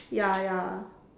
ya ya